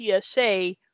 psa